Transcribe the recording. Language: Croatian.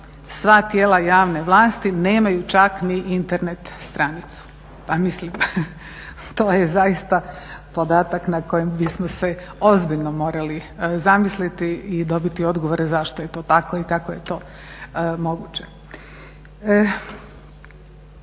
sva tijela javne vlasti nemaju čak ni Internet stranicu. Pa mislim to je zaista podatak nad kojem bismo se ozbiljno morali zamisliti i dobiti odgovore zašto je to tako i kako je to moguće.